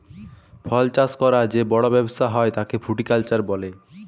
ফল চাষ ক্যরার যে বড় ব্যবসা হ্যয় তাকে ফ্রুটিকালচার বলে